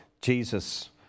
Jesus